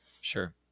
Sure